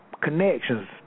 connections